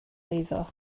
eiddo